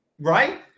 Right